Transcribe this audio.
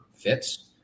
fits